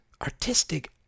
artistic